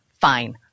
Fine